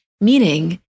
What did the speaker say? Meaning